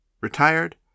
retired